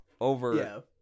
over